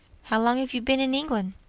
how long have you been in england?